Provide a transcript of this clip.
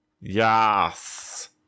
yes